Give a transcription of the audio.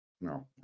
no